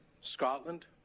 Scotland